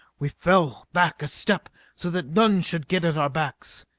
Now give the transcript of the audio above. we fell back a step so that none should get at our backs.